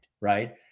right